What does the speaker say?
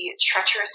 treacherous